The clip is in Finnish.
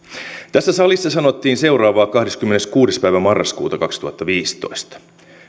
tässä salissa sanottiin seuraavaa kahdeskymmeneskuudes päivä marraskuuta kaksituhattaviisitoista